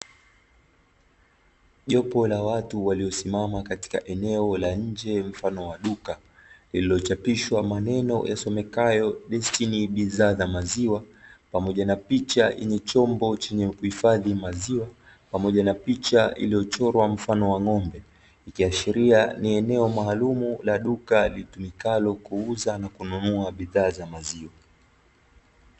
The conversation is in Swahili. Jopo la watu waliosimama katika eneo la nje mfano wa duka